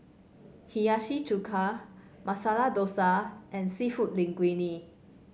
Hiyashi Chuka Masala Dosa and seafood Linguine